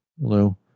Hello